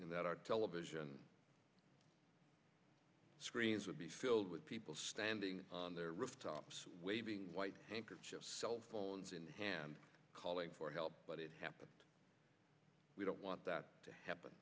know that our television screens would be filled with people standing on their rooftops waving white cell phones in hand calling for help but it happened we don't want that to happen